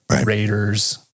Raiders